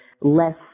less